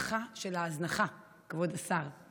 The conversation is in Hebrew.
הנצחה של הזנחה, כבוד השר.